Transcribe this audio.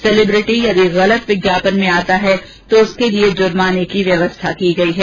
celebrity यदि गलत विज्ञापन में आता है तो उसके लिए जुर्माने की व्यवस्था की गयी है